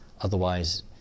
Otherwise